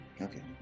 Okay